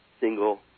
single